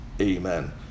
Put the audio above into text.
Amen